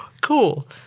cool